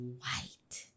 white